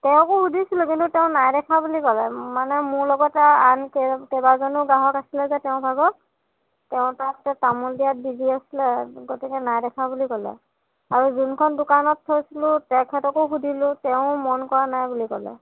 তেওঁকো সুধিছিলো কিন্তু তেওঁ নাই দেখা বুলি ক'লে মানে মোৰ লগতে আন কেবা কেইবাজনো গ্ৰাহক আছিলে যে তেওঁৰ ভাগৰ তেওঁ তাৰ তামোল দিয়াত বিজি আছিলে গতিকে নাই দেখা বুলি ক'লে আৰু যোনখন দোকানত থৈছিলো তেখেতকো সুধিলো তেৱো মন কৰা নাই বুলি ক'লে